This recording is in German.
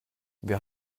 wir